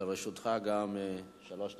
לרשותך שלוש דקות.